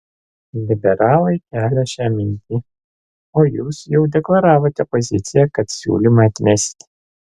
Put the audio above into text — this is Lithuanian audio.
liberalai kelią šią mintį o jūs jau deklaravote poziciją kad siūlymą atmesite